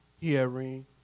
hearing